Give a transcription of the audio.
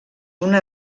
una